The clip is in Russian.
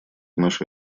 наше